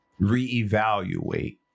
reevaluate